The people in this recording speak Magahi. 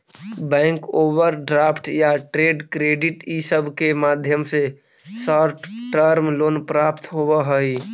बैंक ओवरड्राफ्ट या ट्रेड क्रेडिट इ सब के माध्यम से शॉर्ट टर्म लोन प्राप्त होवऽ हई